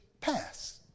pass